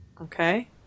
okay